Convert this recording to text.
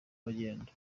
bagenda